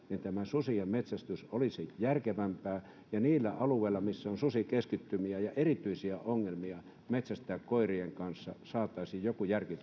tämä susien metsästys olisi järkevämpää ja niillä alueilla missä on susikeskittymiä ja erityisiä ongelmia metsästää koirien kanssa saataisiin joku järki